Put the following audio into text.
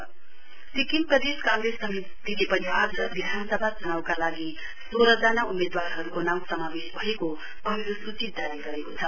Congress Sikkim Pradesh Congress समितिले पनि आज विधानसभा च्नाउका लागि सोहजना उम्मेदवारहरुको नाउँ समावेश भएको पहिलो स्ची जारी गरेको छ